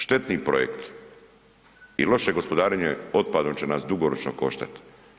Štetni projekti i loše gospodarenje otpadom će nas dugoročno koštati.